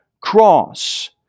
cross